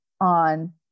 on